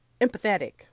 empathetic